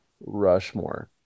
Rushmore